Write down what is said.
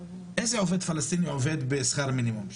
איזה עובד פלסטיני עובד בשכר מינימום,